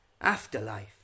afterlife